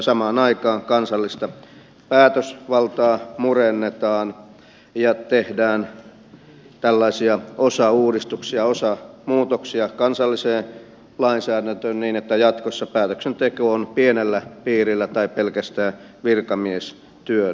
samaan aikaan kansallista päätösvaltaa murennetaan ja tehdään tällaisia osauudistuksia osamuu toksia kansalliseen lainsäädäntöön niin että jatkossa päätöksenteko on pienellä piirillä tai pelkästään virkamiestyönä